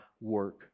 work